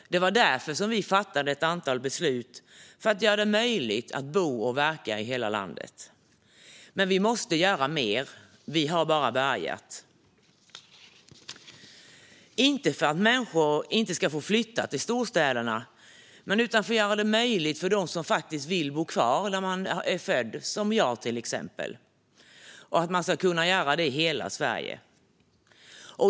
Det var därför som vi fattade ett antal beslut för att göra det möjligt att bo och verka i hela landet. Men vi måste göra mer, vi har bara börjat - inte för att människor inte ska få flytta till storstäderna utan för att göra det möjligt för dem som faktiskt vill bo kvar där de är födda, som jag till exempel. Det ska man kunna göra i hela Sverige.